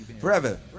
forever